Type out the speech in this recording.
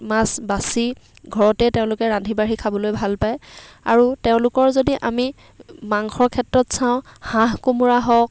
মাছ বাছি ঘৰতেই তেওঁলোকে ৰান্ধি বাঢ়ি খাবলৈ ভাল পায় আৰু তেওঁলোকৰ যদি আমি মাংসৰ ক্ষেত্ৰত চাওঁ হাঁহ কোমোৰা হওক